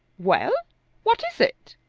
well what is it?